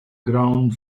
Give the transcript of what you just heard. ground